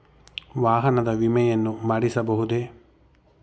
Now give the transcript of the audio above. ವಾಹನದ ವಿಮೆಯನ್ನು ಮಾಡಿಸಬಹುದೇ?